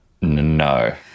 No